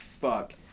fuck